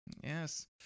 Yes